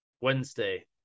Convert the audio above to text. wednesday